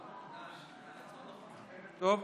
טוב.